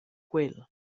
quel